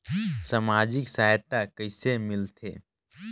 समाजिक सहायता कइसे मिलथे?